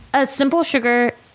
a simple sugar,